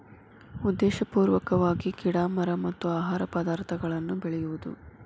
ಉದ್ದೇಶಪೂರ್ವಕವಾಗಿ ಗಿಡಾ ಮರಾ ಮತ್ತ ಆಹಾರ ಪದಾರ್ಥಗಳನ್ನ ಬೆಳಿಯುದು